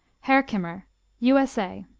herkimer u s a.